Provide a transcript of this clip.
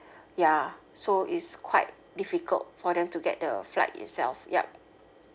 ya so is quite difficult for them to get the flat itself yup